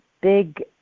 big